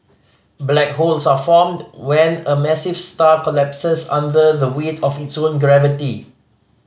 black holes are formed when a massive star collapses under the weight of its own gravity